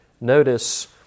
notice